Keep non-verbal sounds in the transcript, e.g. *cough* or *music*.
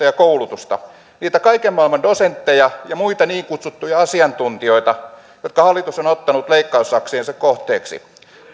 *unintelligible* ja koulutusta niitä kaiken maailman dosentteja ja muita niin kutsuttuja asiantuntijoita jotka hallitus on ottanut leikkaussaksiensa kohteeksi